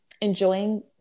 enjoying